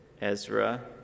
Ezra